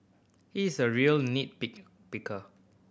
he is a real nit pick picker